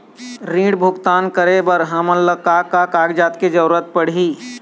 ऋण भुगतान करे बर हमन ला का का कागजात के जरूरत पड़ही?